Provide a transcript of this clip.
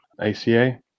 ACA